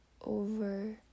over